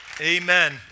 Amen